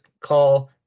call